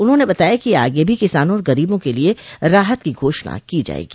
उन्होंने बताया कि आगे भी किसानों और गरीबों के लिये राहत की घोषणा की जायेगी